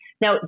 Now